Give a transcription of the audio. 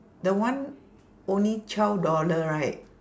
the one only twelve dollar right